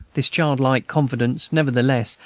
this childlike confidence nevertheless,